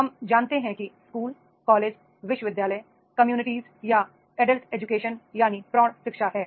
हम जानते हैं कि स्कूल कॉलेज विश्वविद्यालय कम्युनिटी या एडल्ट है